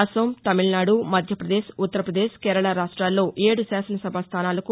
అసోం తమిళనాడు మధ్యప్రదేశ్ ఉత్తర్భపదేశ్ కేరళ రాష్ట్రాల్లో ఏడు శాసనసభ స్థానాలకు